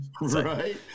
Right